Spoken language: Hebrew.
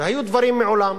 והיו דברים מעולם.